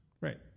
Right